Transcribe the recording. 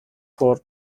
for